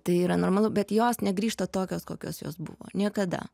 tai yra normalu bet jos negrįžta tokios kokios jos buvo niekada